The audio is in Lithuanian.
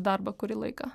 darbą kurį laiką